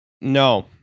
No